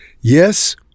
Yes